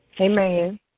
Amen